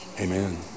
amen